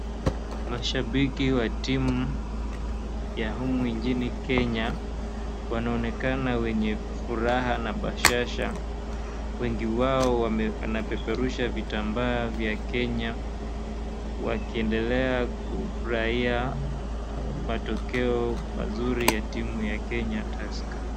Mashabiki wa timu ya humu nchini Kenya wanaonekana wenye furaha na bashasha. Wengi wao wanapeperusha vitambaa vya Kenya wakiendela kufurahia matokeo mazuri ya timu ya Kenya Tusker.